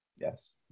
Yes